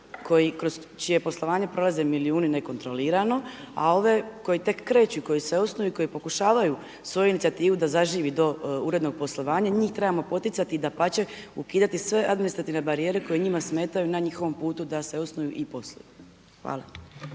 kroz čije poslovanje prolaze milijuni nekontrolirano. A ove koji tek kreću i koji se osnuju i koji pokušavaju svoju inicijativu da zaživi do urednog poslovanja, njih trebamo poticati i dapače, ukidati sve administrativne barijere koje njima smetaju na njihovom putu da se osnuju i posluju. Hvala.